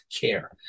care